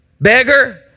beggar